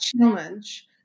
challenge